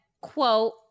quote